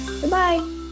Goodbye